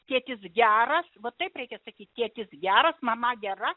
tėtis geras va taip reikia sakyt tėtis geras mama gera